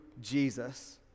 Jesus